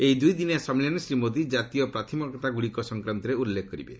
ଏହି ଦୁଇଦିନିଆ ସମ୍ମିଳନୀରେ ଶ୍ରୀ ମୋଦି ଜାତୀୟ ପ୍ରାଥମିକତାଗୁଡ଼ିକ ସଂକ୍ରାନ୍ତରେ ଉଲ୍ଲେଖ କରିବେ